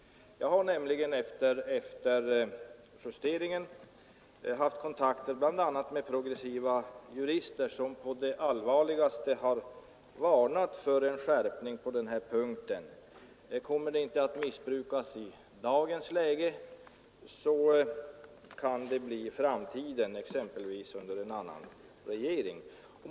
Jag har nämligen efter justeringen haft kontakter bl.a. med progressiva jurister som på det allvarligaste har varnat för en skärpning på den här punkten. Kommer reglerna inte att missbrukas i dagens läge, så kan det ske i framtiden, exempelvis under en annan regering.